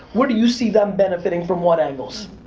what do you see them benefitting from what angles?